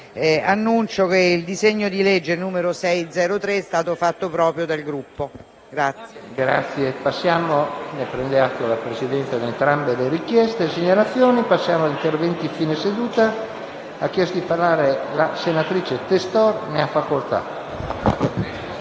annuncio che il disegno di legge n. 603 è stato fatto proprio dal Gruppo.